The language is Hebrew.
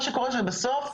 מה שקורה הוא שבסוף,